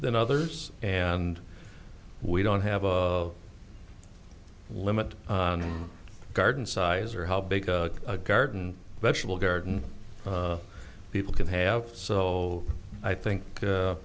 than others and we don't have a limit on garden size or how big a garden vegetable garden people can have so i think